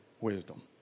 wisdom